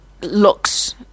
looks